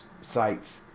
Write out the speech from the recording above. sites